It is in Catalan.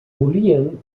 volien